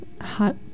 hot